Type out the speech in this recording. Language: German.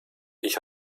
ich